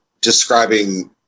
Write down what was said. describing